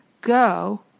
go